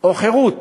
או חירות?